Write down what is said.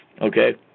Okay